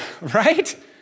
right